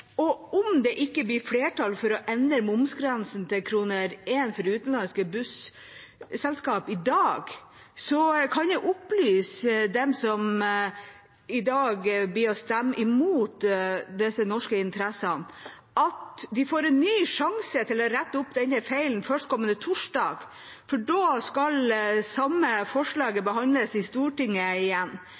Om det ikke blir flertall for å endre momsgrensen til 1 kr for utenlandske busselskap i dag, kan jeg opplyse dem som i dag vil stemme imot de norske interessene, om at de får en ny sjanse til å rette opp den feilen førstkommende torsdag, for da skal det samme forslaget behandles i Stortinget igjen.